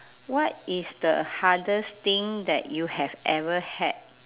what is the hardest thing that you have ever had